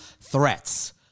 threats